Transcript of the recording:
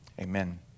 amen